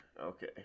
okay